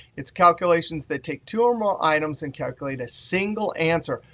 it's calculations that take two um um items and calculate a single answer,